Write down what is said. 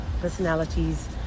personalities